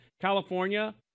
California